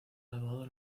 graduado